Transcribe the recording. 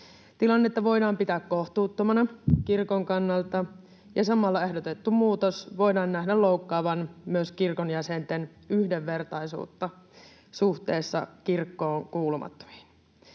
Tilannetta voidaan pitää kohtuuttomana kirkon kannalta ja samalla ehdotettu muutos voidaan nähdä loukkaavan myös kirkon jäsenten yhdenvertaisuutta suhteessa kirkkoon kuulumattomiin.